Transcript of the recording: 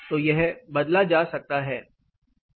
तो यह बदला जा सकता है